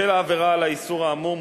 בשל עבירה על האיסור האמור,